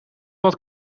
wat